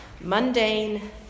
mundane